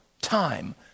time